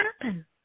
happen